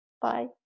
bye